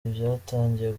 byatangiye